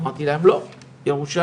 אמרתי להם לא, ירושלים,